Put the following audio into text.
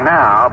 now